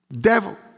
Devil